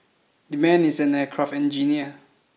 the man is an aircraft engineer